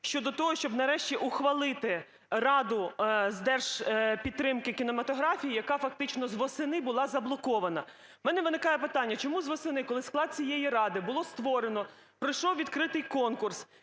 щодо того, щоб нарешті ухвалити Раду з держпідтримки кінематографії, яка фактично восени була заблокована. У мене виникає питання: чому восени, коли склад цієї ради було створено, пройшов відкритий конкурс,